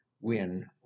win